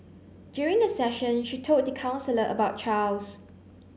during the session she told the counsellor about Charles